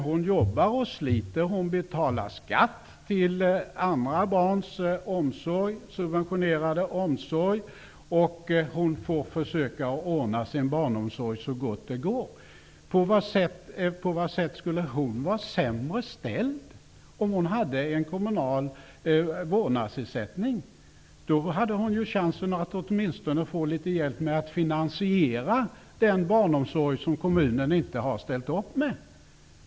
Hon jobbar och sliter, och hon betalar skatt till andra barns subventionerade omsorg. Hon får försöka att ordna sin barnomsorg så gott det går. På vad sätt skulle hon vara sämre ställd om hon hade en kommunal vårdnadsersättning? Då hade hon ju chansen att åtminstone få litet hjälp med att finansiera den barnomsorg som kommunen inte har ställt upp med.